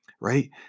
right